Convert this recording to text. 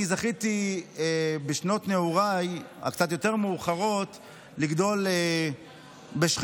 אני זכיתי בשנות נעוריי הקצת יותר מאוחרות לגדול בשכנות,